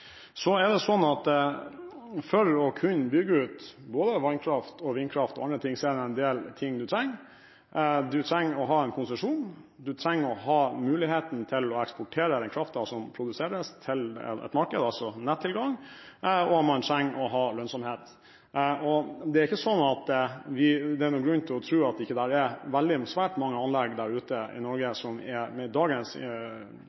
og vindkraft og andre ting er det en del ting man trenger. Man trenger å ha konsesjon, man trenger å ha mulighet til å eksportere den kraften som produseres, til et marked, altså nettilgang. Og man trenger å ha lønnsomhet. Det er ikke sånn at det er noen grunn til å tro at det ikke er svært mange anlegg der ute i